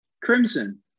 Crimson